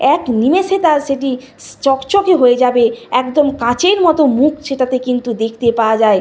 এক নিমেষে তা সেটি চকচকে হয়ে যাবে একদম কাচের মতো মুখ সেটাতে কিন্তু দেখতে পাওয়া যায়